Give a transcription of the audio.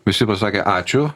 visi pasakė ačiū